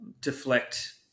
deflect